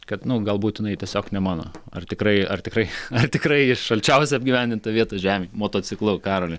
kad nu galbūt jinai tiesiog ne mano ar tikrai ar tikrai ar tikrai į šalčiausią apgyvendintą vietą žemėj motociklu karoli